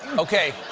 okay.